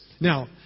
Now